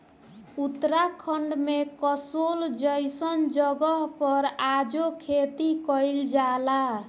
उत्तराखंड में कसोल जइसन जगह पर आजो खेती कइल जाला